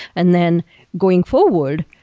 and then going forward,